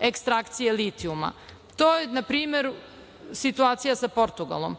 ekstrakcije litijuma. To je, na primer, situacija sa Portugalom.